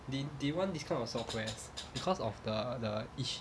they they want this kind of softwares because of the the each